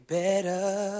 better